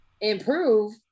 Improve